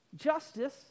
Justice